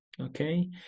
okay